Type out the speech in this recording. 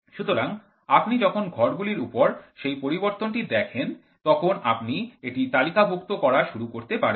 সুতরাং আপনি যখন ঘরগুলির উপর সেই পরিবর্তনটি দেখেন তখন আপনি এটি তালিকাভুক্ত করা শুরু করতে পারেন